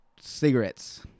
cigarettes